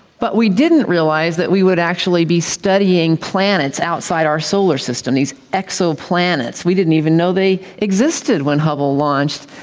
but we didn't realise that we would actually be studying planets outside our solar system, these exo-planets. we didn't even know they existed when hubble launched.